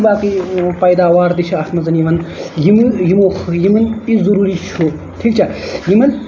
باقی پیداوار تہِ چھِ اَتھ منٛز یِوان یِم یِمو یِمَن تہِ ضروٗری چھُ ٹھیٖک چھا یِمن